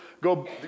go